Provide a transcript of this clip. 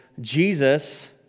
Jesus